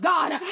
God